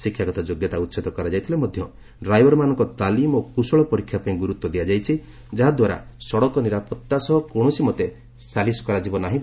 ଶିକ୍ଷାଗତ ଯୋଗ୍ୟତା ଉଚ୍ଛେଦ କରାଯାଇଥିଲେ ମଧ୍ୟ ଡ୍ରାଇଭରମାନଙ୍କ ତାଲିମ୍ ଓ କ୍ରଶଳ ପରୀକ୍ଷା ପାଇଁ ଗୁରୁତ୍ୱ ଦିଆଯାଇଛି ଯାହାଦ୍ୱାରା ସଡ଼କ ନିରାପତ୍ତା ସହ କୌଣସି ମତେ ସାଲିସ୍ କରାଯିବ ନାହିଁ